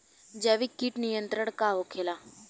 जैविक कीट नियंत्रण का होखेला?